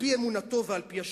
על-פי אמונתו ועל-פי השקפותיו.